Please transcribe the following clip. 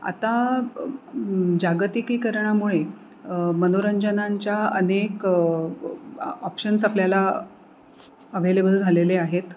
आता जागतिकीकरणामुळे मनोरंजनांच्या अनेक ऑप्शन्स आपल्याला अवेलेबल झालेले आहेत